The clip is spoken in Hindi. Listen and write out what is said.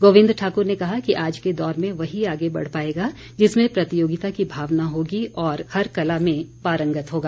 गोविंद ठाकर ने कहा कि आज के दौर में वही आगे बढ़ पाएगा जिसमें प्रतियोगिता की भावना होगी और हर कला में पारंगत होगा